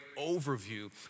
overview